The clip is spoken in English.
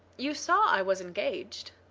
you saw i was engaged.